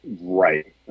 Right